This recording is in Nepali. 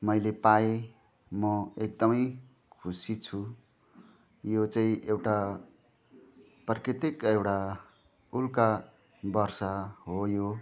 मैले पाएँ म एकदमै खुसी छु यो चाहिँ एउटा प्राकृतिक एउटा उल्का वर्षा हो यो